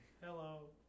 Hello